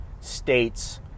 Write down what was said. states